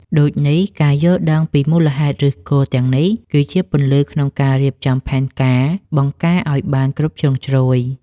ដូចនេះ ការយល់ដឹងពីមូលហេតុឫសគល់ទាំងនេះ គឺជាពន្លឺក្នុងការរៀបចំផែនការបង្ការឱ្យបានគ្រប់ជ្រុងជ្រោយ។